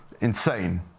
insane